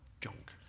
junk